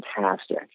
fantastic